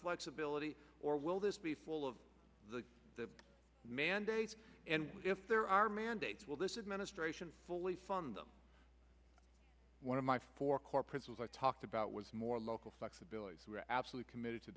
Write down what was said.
flexibility or will this be full of the the mandates and if there are mandates will this administration fully fund them one of my four core principles i talked about was more local flexibility who are absolutely committed to